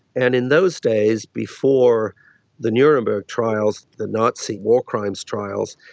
and in those days before the nuremburg trials, the nazi war crimes trials,